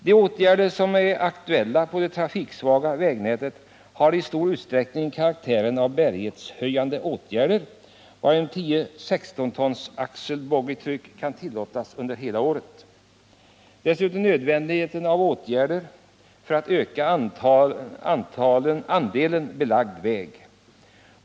De åtgärder som är aktuella på det trafiksvaga vägnätet har i stor utsträckning karaktären av bärighetshöjande åtgärder som möjliggör att 10 boggitryck kan tillåtas under hela året. Det är dessutom nödvändigt att vidta åtgärder för att öka andelen belagd väg.